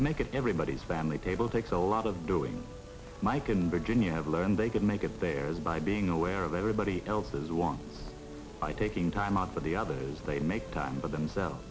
to make it everybody's family table takes a lot of doing mike in virginia have learned they can make it theirs by being aware of everybody else's one by taking time out for the others they make time for themselves